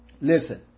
Listen